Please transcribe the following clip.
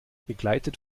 begleitet